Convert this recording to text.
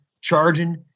charging